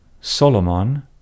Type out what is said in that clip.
Solomon